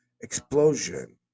explosion